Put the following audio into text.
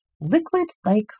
liquid-like